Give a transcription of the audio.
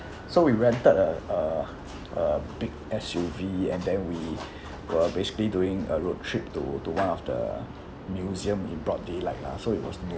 so we rented a uh a big S_U_V and then we we're basically doing a road trip to to one of the museum in broad daylight lah so it was noon